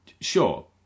sure